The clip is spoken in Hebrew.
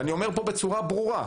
אני אומר בצורה ברורה,